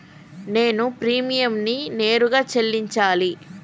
నేను ప్రీమియంని నేరుగా చెల్లించాలా?